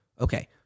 okay